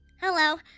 Hello